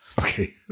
Okay